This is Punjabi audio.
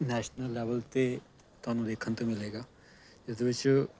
ਨੈਸ਼ਨਲ ਲੈਵਲ 'ਤੇ ਤੁਹਾਨੂੰ ਦੇਖਣ ਤੋਂ ਮਿਲੇਗਾ ਇਹਦੇ ਵਿੱਚ